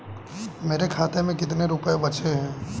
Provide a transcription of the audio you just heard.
मेरे खाते में कितने रुपये बचे हैं?